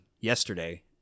yesterday